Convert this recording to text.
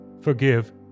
forgive